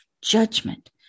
judgment